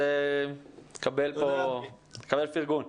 קבל פרגון.